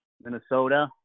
Minnesota